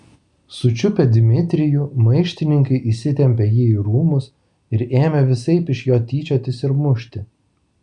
sučiupę dmitrijų maištininkai įsitempė jį į rūmus ir ėmė visaip iš jo tyčiotis ir mušti